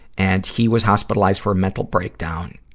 and he was hospitalized for a mental breakdown,